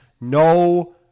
no